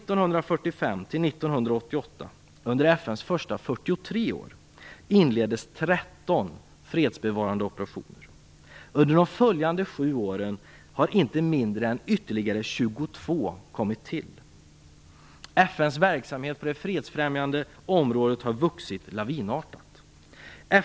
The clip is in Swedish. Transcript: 13 fredsbevarande operationer. Under de följande sju åren har inte mindre än ytterligare 22 kommit till. FN:s verksamhet på det fredsfrämjande området har vuxit lavinartat.